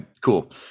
cool